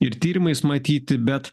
ir tyrimais matyti bet